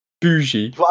bougie